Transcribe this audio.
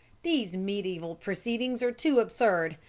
these mediaeval proceedings are too absurd.